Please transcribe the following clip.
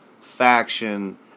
faction